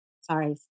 Sorry